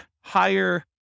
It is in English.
higher